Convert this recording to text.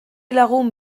lagun